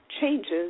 changes